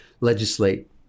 legislate